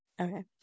okay